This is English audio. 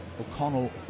O'Connell